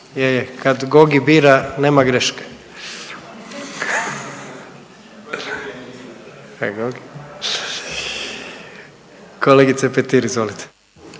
kad Gogi bira nema greške. Kolegice Petir, izvolite.